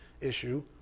issue